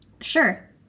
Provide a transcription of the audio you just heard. sure